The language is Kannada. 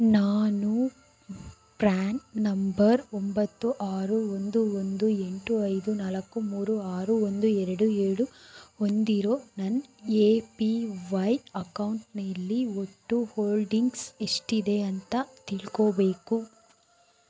ನಾನು ಪ್ರ್ಯಾನ್ ನಂಬರ್ ಒಂಬತ್ತು ಆರು ಒಂದು ಒಂದು ಎಂಟು ಐದು ನಾಲ್ಕು ಮೂರು ಆರು ಒಂದು ಎರಡು ಏಳು ಹೊಂದಿರೊ ನನ್ನ ಎ ಪಿ ವೈ ಅಕೌಂಟ್ನಲ್ಲಿ ಒಟ್ಟು ಹೋಲ್ಡಿಂಗ್ಸ್ ಎಷ್ಟಿದೆ ಅಂತ ತಿಳ್ಕೊಳ್ಬೇಕು